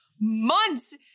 months